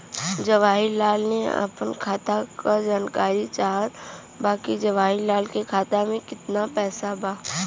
जवाहिर लाल के अपना खाता का जानकारी चाहत बा की जवाहिर लाल के खाता में कितना पैसा बा?